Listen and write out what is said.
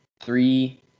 three